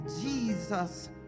Jesus